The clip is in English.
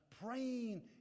Praying